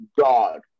God